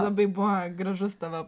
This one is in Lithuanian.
labai buvo gražus tavo